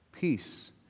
Peace